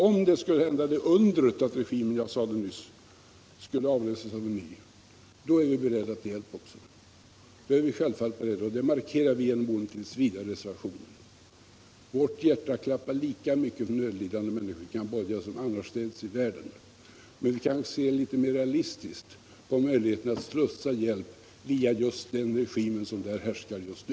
Om det undret skulle hända att regimen — jag sade det nyss — skulle avlösas av en ny, då är vi självfallet beredda att ge hjälp, och det markerar vi genom tillsvidarereservationen. Vårt hjärta klappar lika mycket för nödlidande människor i Cambodja som för nödlidande annorstädes i världen. Men vi kanske ser litet mera realistiskt på möjligheterna att slussa hjälp via den regim som där härskar just nu.